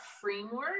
framework